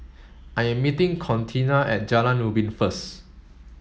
I am meeting Contina at Jalan Ubin first